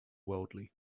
worldly